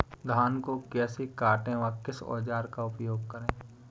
धान को कैसे काटे व किस औजार का उपयोग करें?